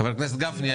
חבר הכנסת גפני,